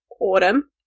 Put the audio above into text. autumn